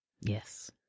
Yes